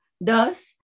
Thus